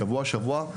שבוע-שבוע,